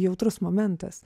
jautrus momentas